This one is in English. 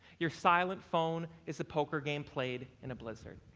your silent phone is a poker game played in a blizzard.